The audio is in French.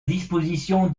disposition